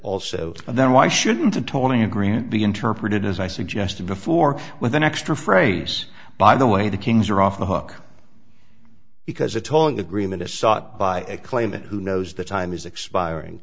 also then why shouldn't the tolling agreement be interpreted as i suggested before with an extra phrase by the way the kings are off the hook because a tolling agreement is sought by a claimant who knows the time is expiring